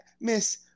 Miss